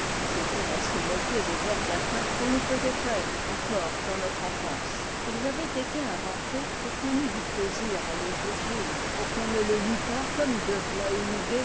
sest on assez moqué des vers latins qu'on nous faisait faire encore dans notre enfance ils avaient été inventés pour qu'on eût du plaisir à lire virgile pour qu'on ne le lût pas comme de